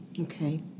Okay